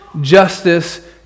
justice